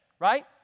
right